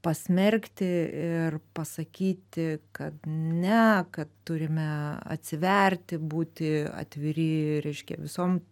pasmerkti ir pasakyti kad ne kad turime atsiverti būti atviri reiškia visom